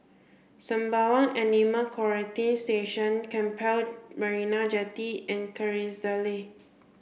Sembawang Animal Quarantine Station Keppel Marina Jetty and Kerrisdale